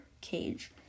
Cage